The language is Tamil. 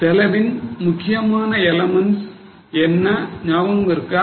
செலவின் முக்கியமான எலிமெண்ட்ஸ் என்ன ஞாபகம் இருக்கா